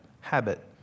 habit